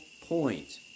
point